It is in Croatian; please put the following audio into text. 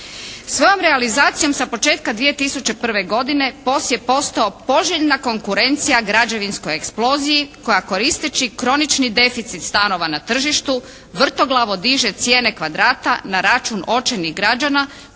Svojom realizacijom sa početka 2001. godine POS je postao poželjna konkurencija građevinskoj eksploziji koja koristeći kronični deficit stanova na tržištu vrtoglavo diže cijene kvadrata na račun očajnih građana